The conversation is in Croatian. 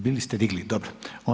Bili ste digli, dobro.